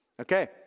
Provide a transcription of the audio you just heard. okay